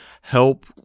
help